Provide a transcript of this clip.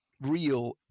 real